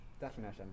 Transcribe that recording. Definition